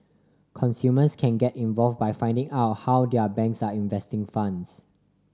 consumers can get involve by finding out how their banks are investing funds